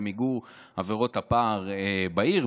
למיגור עבירות הפע"ר בעיר,